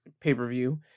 pay-per-view